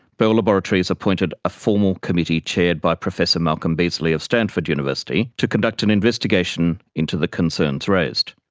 bell laboratories appointed a formal committee chaired by professor malcolm beasley of stanford university to conduct an investigation into the concerns raised.